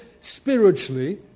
spiritually